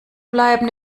bleiben